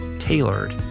tailored